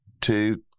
two